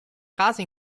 casa